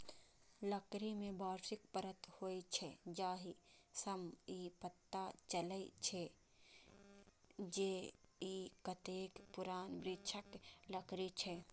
लकड़ी मे वार्षिक परत होइ छै, जाहि सं ई पता चलै छै, जे ई कतेक पुरान वृक्षक लकड़ी छियै